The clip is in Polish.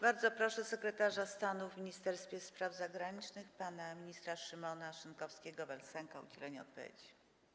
Bardzo proszę sekretarza stanu w Ministerstwie Spraw Zagranicznych pana ministra Szymona Szynkowskiego vel Sęka o udzielenie odpowiedzi.